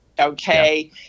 okay